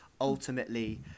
Ultimately